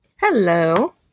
Hello